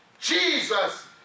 Jesus